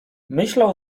myślał